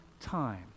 time